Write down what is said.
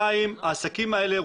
העסקים האלה,